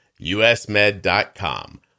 Usmed.com